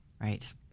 Right